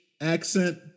accent